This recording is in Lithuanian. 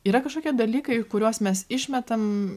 yra kažkokie dalykai kuriuos mes išmetam